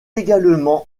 également